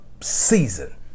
season